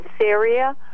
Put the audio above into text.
Syria